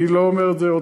אני לא אומר את זה,